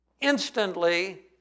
instantly